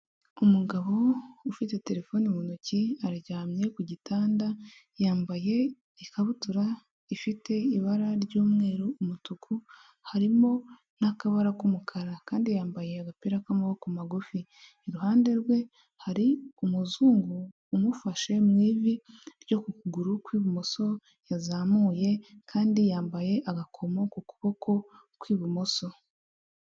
Umugabo ufite terefoni mu ntoki, aryamye ku gitanda, yambaye ikabutura ifite ibara ry'umweru, umutuku, harimo n'akabara k'umukara, kandi yambaye agapira k'amaboko magufi. Iruhande rwe hari umuzungu umufashe mu ivi ryo ku kuguru kw'ibumoso yazamuye, kandi yambaye agakomo ku kuboko kw'ibumoso.